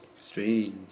Strange